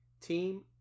Team